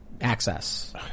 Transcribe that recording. access